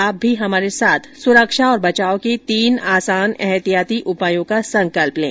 आप भी हमारे साथ सुरक्षा और बचाव के तीन आसान एहतियाती उपायों का संकल्प लें